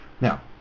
Now